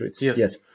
yes